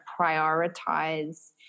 prioritize